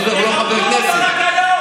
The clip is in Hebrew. תכבדו אותו רק היום.